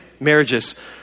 marriages